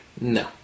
No